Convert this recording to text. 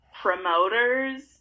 promoters